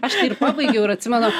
aš tai ir pabaigiau ir atsimenu